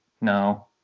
No